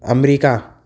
امریکا